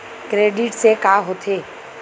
Credit से का होथे?